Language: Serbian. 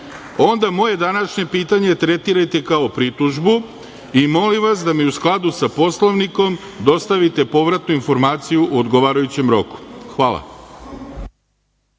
onda moje današnje pitanje tretirajte kao pritužbu i molim vas da mi u skladu sa Poslovnikom dostavite povratnu informaciju u odgovarajućem roku. Hvala.